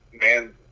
man